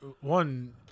one